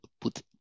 put